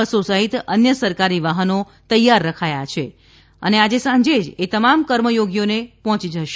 બસો સહિત અન્ય સરકારી વાહનો તૈયાર રખાયાં છે અને આજ સાંજે જ એ તમામ કર્મયોગીઓને પહોંચી જશે